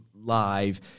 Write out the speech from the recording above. Live